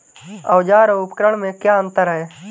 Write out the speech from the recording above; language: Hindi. औज़ार और उपकरण में क्या अंतर है?